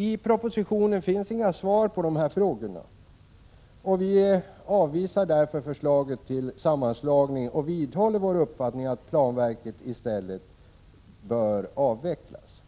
I propositionen ges inga svar på dessa frågor. Vi avvisar därför förslaget till sammanslagning. Vi vidhåller vår uppfattning att planverket i stället bör avvecklas.